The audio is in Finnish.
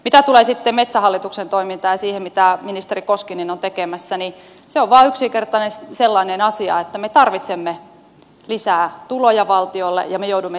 mitä tulee sitten metsähallituksen toimintaan ja siihen mitä ministeri koskinen on tekemässä niin se on vaan yksinkertaisesti sellainen asia että me tarvitsemme lisää tuloja valtiolle ja me joudumme tekemään säästöjä